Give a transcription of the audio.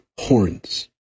horns